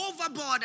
overboard